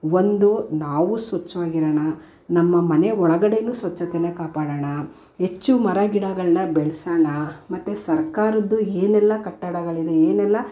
ಒಂದು ನಾವೂ ಸ್ವಚ್ಛವಾಗಿರೋಣ ನಮ್ಮ ಮನೆ ಒಳಗಡೆಯೂ ಸ್ವಚ್ಛತೆಯ ಕಾಪಾಡೋಣ ಹೆಚ್ಚು ಮರಗಿಡಗಳನ್ನು ಬೆಳ್ಸೋಣ ಮತ್ತು ಸರ್ಕಾರದ್ದು ಏನೆಲ್ಲ ಕಟ್ಟಡಗಳಿದೆ ಏನೆಲ್ಲ